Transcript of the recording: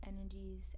energies